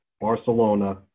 Barcelona